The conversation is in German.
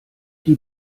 die